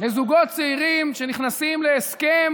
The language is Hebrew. לזוגות צעירים שנכנסים להסכם